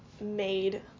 made